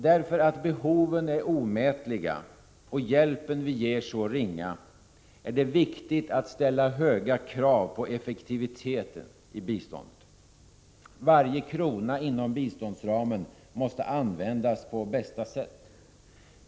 Därför att behoven är omätliga och hjälpen vi ger så ringa, är det viktigt att ställa höga krav på effektivitet i biståndet. Varje krona inom biståndsramen måste användas så effektivt som möjligt.